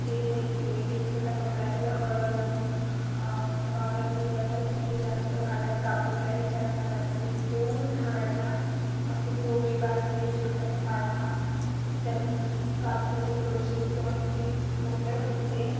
ते नेते एक छोटा कपडा त्याला हळद लावून वावरात गेल्यावर जिथे जास्त भागात कापूस आहे त्या झागातले दोन झाडाला असं दोरी बांधते छोटासा पाळणा त्याच्यामध्ये कापसाचे थोडीशी दोन तीन बोंडं ठेवते